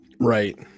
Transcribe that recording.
Right